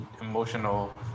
emotional